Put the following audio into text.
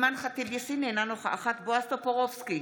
אימאן ח'טיב יאסין, אינה נוכחת בועז טופורובסקי,